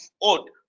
old